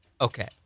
Okay